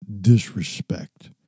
disrespect